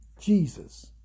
Jesus